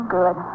good